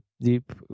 deep